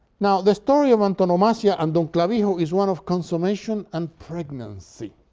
now, the story of antonomasia and clavijo is one of consummation and pregnancy.